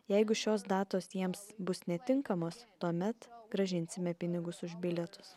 jeigu šios datos jiems bus netinkamos tuomet grąžinsime pinigus už bilietus